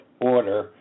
order